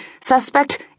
suspect